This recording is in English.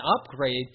upgrade